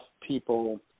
people